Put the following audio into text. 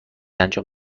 انجام